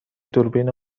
دوربین